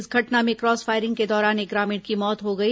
इस घटना में क्रॉस फायरिंग के दौरान एक ग्रामीण की मौत हो गई